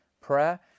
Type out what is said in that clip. prayer